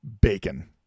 bacon